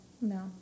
no